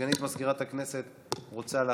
חברת הכנסת אתי עטייה.